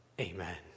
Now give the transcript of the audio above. Amen